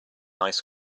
ice